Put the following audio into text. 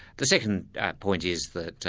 the second point is that